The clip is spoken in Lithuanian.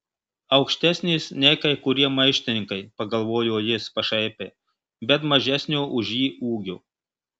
aukštesnės nei kai kurie maištininkai pagalvojo jis pašaipiai bet mažesnio už jį ūgio